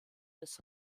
des